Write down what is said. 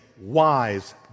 wise